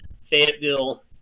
Fayetteville